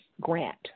Grant